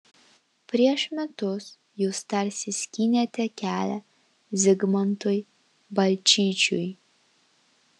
prieš metus jūs tarsi skynėte kelią zigmantui balčyčiui